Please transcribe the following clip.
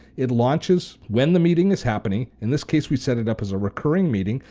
it launches when the meeting is happening, in this case we set it up as a recurring meeting,